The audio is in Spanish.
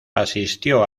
asistió